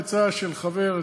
עצה של חבר,